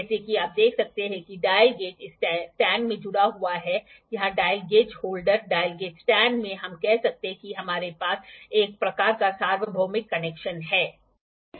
जैसा कि आप देख सकते हैं कि डायल गेज इस स्टैंड से जुड़ा हुआ है यहां dial gauge holder dial gauge stand में हम कह सकते हैं कि हमारे पास एक प्रकार का सार्वभौमिक कनेक्शन है